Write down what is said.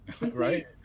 right